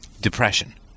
depression